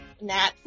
Nat